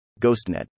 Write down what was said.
GhostNet